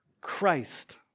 Christ